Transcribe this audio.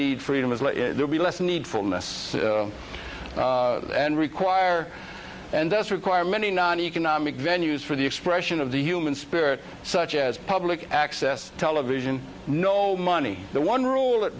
need freedom is let there be less needful ness and require and thus require many non economic venues for the expression of the human spirit such as public access television no money the one rule